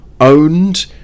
owned